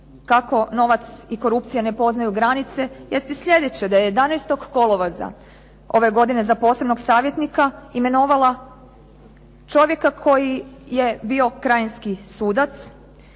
kako novac i korupcija ne poznaju granice jest i sljedeće da je 11. kolovoza ove godine za posebnog savjetnika imenovala čovjeka koji je bio krajinski sudac,